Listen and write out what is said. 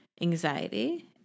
anxiety